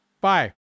Bye